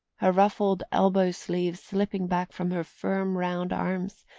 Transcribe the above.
her ruffled elbow-sleeves slipping back from her firm round arms,